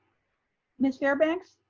ms. fairbanks,